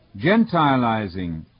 Gentilizing